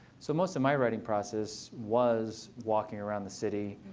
so most of my writing process was walking around the city,